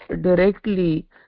directly